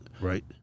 Right